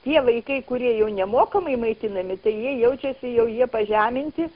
tie vaikai kurie jau nemokamai maitinami tai jie jaučiasi jau jie pažeminti